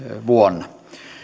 vuonna